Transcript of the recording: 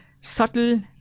subtle